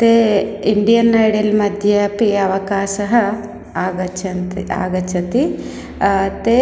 ते Indian idol मध्ये अपि अवकाशः आगच्छति आगच्छति ते